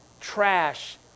trash